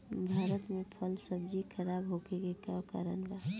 भारत में फल सब्जी खराब होखे के का कारण बा?